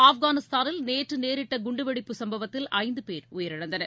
ஆப்கானிஸ்தானில் நேற்று நேரிட்ட குண்டுவெடிப்பு சம்பவத்தில் ஐந்து பேர் உயிரிழந்தனர்